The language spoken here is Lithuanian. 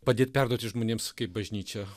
padėt perduoti žmonėms kaip bažnyčia